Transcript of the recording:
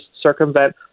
circumvent